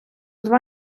два